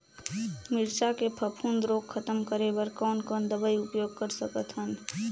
मिरचा के फफूंद रोग खतम करे बर कौन कौन दवई उपयोग कर सकत हन?